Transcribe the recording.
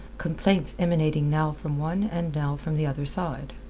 complaints emanating now from one and now from the other side.